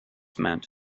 meant